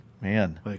Man